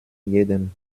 jedem